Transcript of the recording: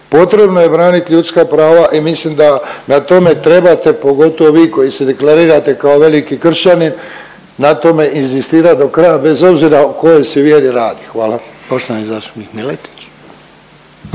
Potrebno je branit ljudska prava i mislim da na tome trebate, pogotovo vi koji se deklarirate kao veliki kršćani na tome inzistirat do kraja bez obzira o kojoj se vjeri radi. Hvala.